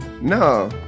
No